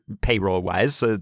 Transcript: payroll-wise